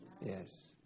Yes